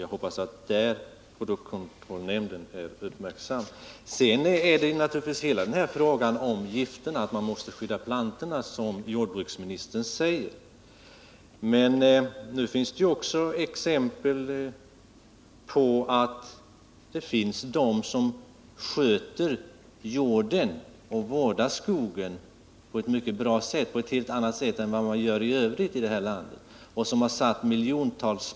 Jag hoppas att produktkontrollnämnden kommer att vara uppmärksam i det ärendet. Beträffande giftfrågan vill jag framhålla att det naturligtvis, som jordbruksministern säger, är riktigt att man måste skydda plantorna. Men det finns exempel som visar att man kan sköta jorden och vårda skogen på ett mycket bra sätt även utan användning av gifter. I dessa fall förfar man alltså på ett helt annat sätt än vad som sker i landet i övrigt.